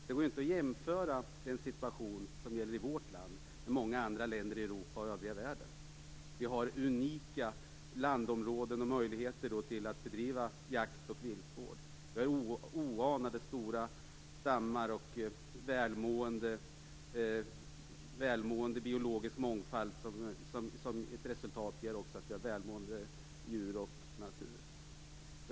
Det går inte att jämföra situationen i vårt land med situationen i många andra länder i Europa och hela världen. Vi har unika landområden och möjligheter till att bedriva jakt och viltvård. Vi har oanade stora stammar och en biologisk mångfald som ger som resultat att vi har välmående djur och natur.